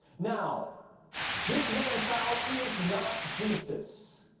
now this man-child is not jesus.